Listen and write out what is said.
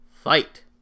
fight